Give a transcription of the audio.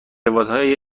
روایتهای